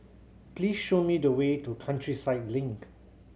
please show me the way to Countryside Link